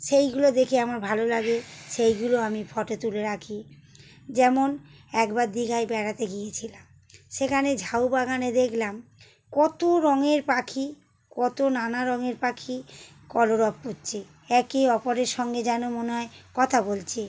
সেইগুলো দেখে আমার ভালো লাগে সেইগুলো আমি ফটো তুলে রাখি যেমন একবার দীঘায় বেড়াতে গিয়েছিলাম সেখানে ঝাউ বাগানে দেখলাম কতো রঙের পাখি কতো নানা রঙের পাখি কলরব করছে একে অপরের সঙ্গে যেন মনে হয় কথা বলছে